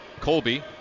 Colby